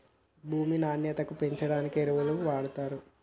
భూమి నాణ్యతను పెంచడానికి ఎరువులను వాడుతారు